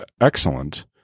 excellent